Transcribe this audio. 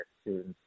students